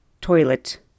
toilet